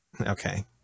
Okay